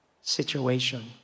situation